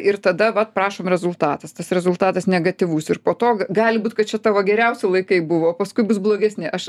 ir tada vat prašom rezultatas tas rezultatas negatyvus ir po to g gali būt kad čia tavo geriausi laikai buvo paskui bus blogesni aš